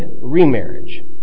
remarriage